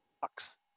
Bucks